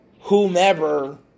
whomever